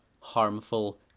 harmful